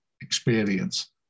experience